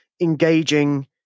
engaging